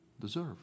deserve